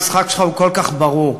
המשחק שלך הוא כל כך ברור.